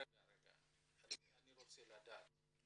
רגע, אני רוצה לדעת.